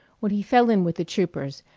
when he fell in with the troopers,